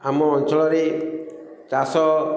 ଆମ ଅଞ୍ଚଳରେ ଚାଷ